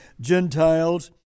Gentiles